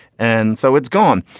and so it's gone.